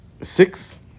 six